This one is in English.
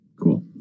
cool